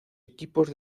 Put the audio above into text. equipos